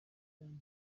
cyanjye